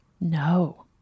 No